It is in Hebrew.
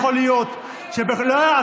שלוש דקות אחרי זה, לעלות אחריה.